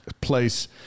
place